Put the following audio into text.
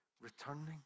returning